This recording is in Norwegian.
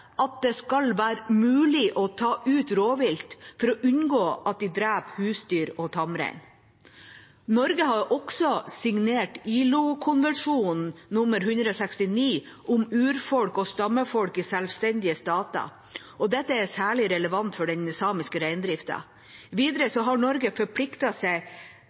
at det skal være mulig å ta ut rovvilt for å unngå at de dreper husdyr og tamrein. Norge har også signert ILO-konvensjon nr. 169 om urfolk og stammefolk i selvstendige stater. Dette er særlig relevant for den samiske reindriften. Videre har Norge forpliktet seg